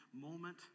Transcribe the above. moment